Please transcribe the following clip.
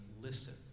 listen